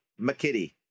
McKitty